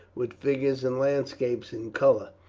with figures and landscapes in colour.